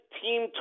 team